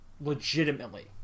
Legitimately